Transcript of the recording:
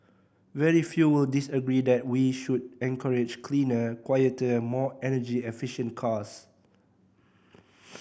very few will disagree that we should encourage cleaner quieter more energy efficient cars